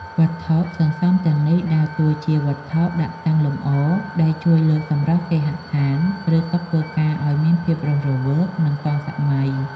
វត្ថុសន្សំទាំងនេះដើរតួជា វត្ថុសិល្បៈដាក់តាំងលម្អ ដែលជួយលើកសម្រស់គេហដ្ឋាន ឬតុធ្វើការឱ្យមានភាពរស់រវើក និងទាន់សម័យ។